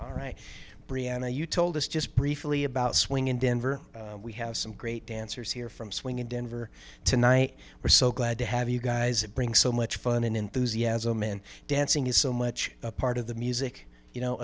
all right brianna you told us just briefly about swing in denver we have some great dancers here from swing in denver tonight we're so glad to have you guys bring so much fun and enthusiasm in dancing is so much a part of the music you know